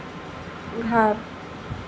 घर